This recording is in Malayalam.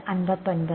അതെ